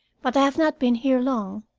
but i have not been here long.